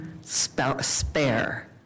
spare